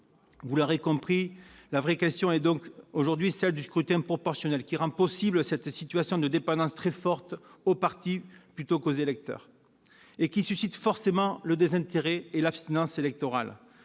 vous l'aurez compris, la vraie question est celle du scrutin proportionnel, qui rend possible cette situation de dépendance très forte au parti plutôt qu'aux électeurs et qui suscite forcément le désintérêt et l'abstinence électorale,